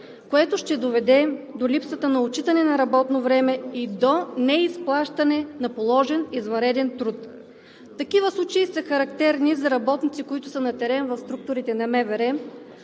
което ще доведе до увеличаване на работното време и до неизплащане на положен извънреден труд. Такива случаи са характерни за работниците, които са на терен в структурите на МВР,